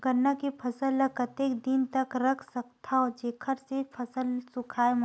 गन्ना के फसल ल कतेक दिन तक रख सकथव जेखर से फसल सूखाय मत?